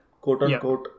Quote-unquote